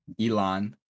Elon